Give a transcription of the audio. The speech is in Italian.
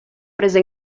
preso